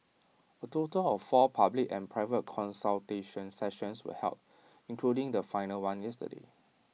A total of four public and private consultation sessions were held including the final one yesterday